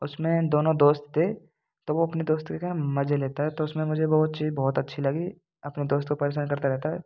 उसमें दोनों दोस्त थे तो वो अपने दोस्त के क्या है मजे लेता है तो उसमें मुझे वो चीज बहुत अच्छी लगी अपने दोस्त को परेशान करता रहता है